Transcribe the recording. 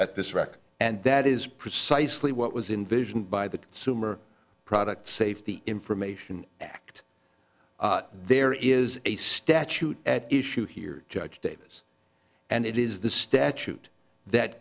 at this record and that is precisely what was invision by the summa product safety information act there is a statute at issue here judge davis and it is the statute that